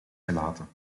gelaten